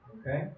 Okay